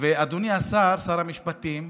אדוני השר, שר המשפטים,